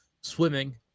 swimming